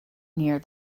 near